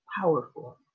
Powerful